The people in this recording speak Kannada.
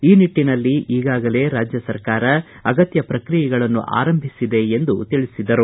ಈ ನಿಟ್ಟನಲ್ಲಿ ಈಗಾಗಲೇ ರಾಜ್ಯ ಸರಕಾರ ಅಗತ್ಯ ಪ್ರಕ್ರಿಯೆಗಳನ್ನು ಆರಂಭಿಸಿದೆ ಎಂದು ತಿಳಿಸಿದರು